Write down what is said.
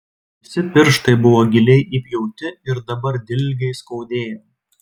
visi pirštai buvo giliai įpjauti ir dabar dilgiai skaudėjo